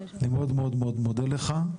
אני מאוד מאוד מודה לך,